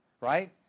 right